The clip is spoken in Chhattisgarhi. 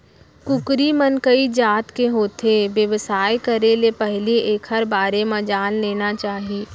कुकरी मन कइ जात के होथे, बेवसाय करे ले पहिली एकर बारे म जान लेना चाही